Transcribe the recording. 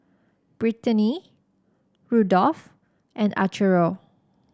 Britany Rudolf and Arturo